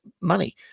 money